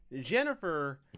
Jennifer